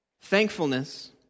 thankfulness